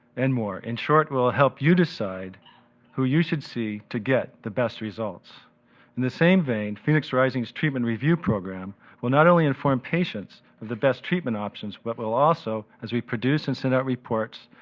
and more. in short, will help you decide who you should see to get you the best results. in the same vein, phoenix rising's treatment review program will not only inform patients of the best treatment options, but will also, as we produce and send out reports,